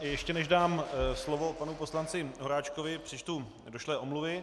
Ještě než dám slovo panu poslanci Horáčkovi, přečtu došlé omluvy.